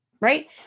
Right